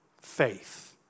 Faith